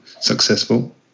successful